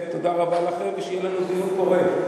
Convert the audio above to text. תודה רבה לכם, ושיהיה לנו דיון פורה.